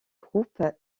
groupe